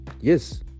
Yes